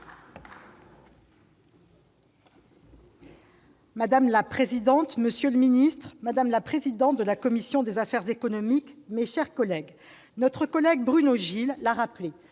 Madame la présidente, monsieur le ministre, madame la présidente de la commission des affaires économiques, mes chers collègues, Bruno Gilles l'a rappelé,